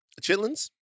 chitlins